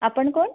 आपण कोण